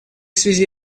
связи